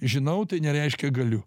žinau tai nereiškia galiu